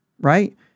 Right